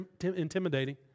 intimidating